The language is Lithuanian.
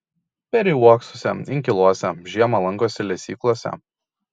peri uoksuose inkiluose žiemą lankosi lesyklose